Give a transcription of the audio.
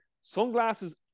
Sunglasses